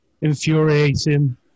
infuriating